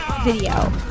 video